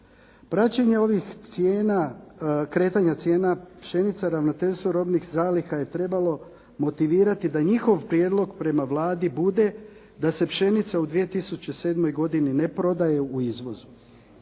Praćenje ovih cijena, kretanja cijena pšenica, ravnateljstvu robnih zaliha je trebalo motivirati da njihov prijedlog prema Vladi bude da se pšenica u 2007. godini ne prodaje u izvozu.